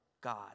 God